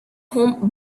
home